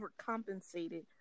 overcompensated